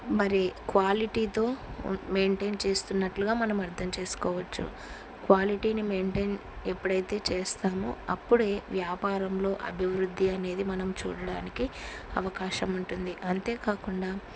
మరి క్వాలిటీతో మెయింటైన్ చేస్తున్నట్లుగా మనం అర్థం చేసుకోవచ్చు క్వాలిటీని మెయింటైన్ ఎప్పుడైతే చేస్తామో అప్పుడే వ్యాపారంలో అభివృద్ధి అనేది మనం చూడడానికి అవకాశం ఉంటుంది అంతేకాకుండా